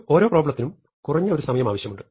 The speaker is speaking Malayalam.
ഓരോ പ്രോബ്ലെത്തിനും കുറഞ്ഞ ഒരു സമയം ആവശ്യമുണ്ട്